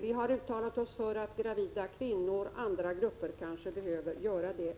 Vi har uttalat oss för att gravida kvinnor och kanske även andra grupper behöver testas.